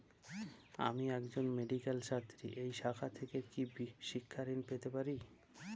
আমি একজন মেডিক্যাল ছাত্রী এই শাখা থেকে কি শিক্ষাঋণ পেতে পারি?